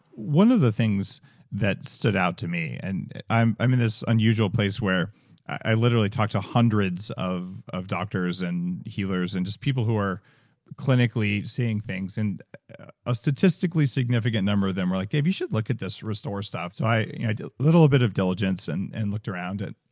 one of the things that stood out to me. i'm i'm in this unusual place where i literally talked to hundreds of of doctors and healers and just people who are clinically seeing things and a statistically significant number of them are like, dave, you should look at this restore stuff. so i you know i did a little bit of diligence and and looked around it.